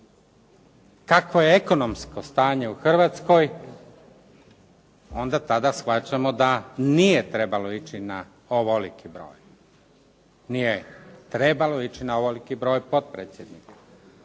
Kakvo je ekonomsko stanje u Hrvatskoj onda tada shvaćamo da nije trebalo ići na ovoliki broj. Nije trebalo ići na ovoliki broj potpredsjednika.